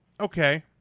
okay